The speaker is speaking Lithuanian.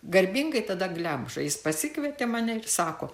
garbingai tada glemža jis pasikvietė mane ir sako